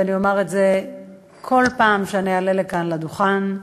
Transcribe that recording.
ואני אומר את זה בכל פעם שאעלה לכאן לדוכן,